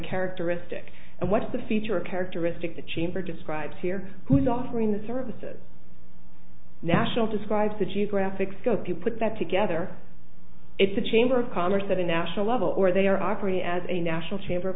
characteristic and what the feature characteristic the chamber describes here who's offering the services national describes the geographic scope you put that together it's a chamber of commerce that a national level or they are operating as a national cham